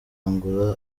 angola